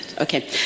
Okay